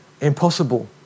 impossible